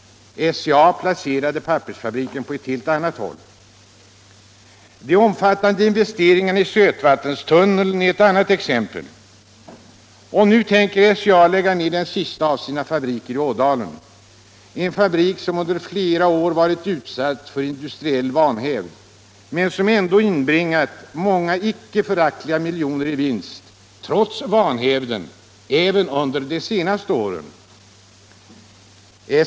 SCA placerade pappersfabriken på helt annat håll. De omfattande investeringarna i en sötvattenstunnel är ett annat exempel. Och nu tänker SCA lägga ned den sista av sina fabriker i Ådalen, en fabrik som under flera år har varit utsatt för industriell vanhävd men som ändå har inbringat många miljoner i vinst trots vanhävden även under de senaste åren.